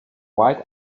white